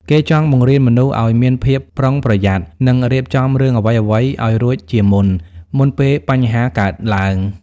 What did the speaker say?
គេចង់បង្រៀនមនុស្សឲ្យមានភាពប្រុងប្រយ័ត្ន និងរៀបចំរឿងអ្វីៗឲ្យរួចជាមុន មុនពេលបញ្ហាកើតឡើង។